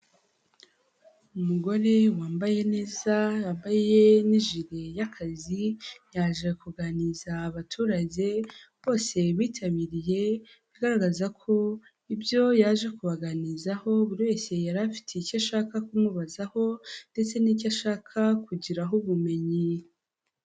Umugore wambaye neza yambaye n'ijiri y'akazi, yaje kuganiriza abaturage bose bitabiriye bigaragaza ko ibyo yaje kubaganirizaho buri wese yari afiti icyo ashaka kumubazaho ndetse n'icyo ashaka kugiraho ubumenyi.